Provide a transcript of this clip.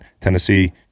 Tennessee